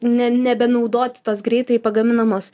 ne nebenaudoti tos greitai pagaminamos